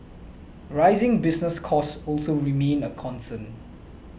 rising business costs also remain a concern